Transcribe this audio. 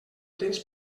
tens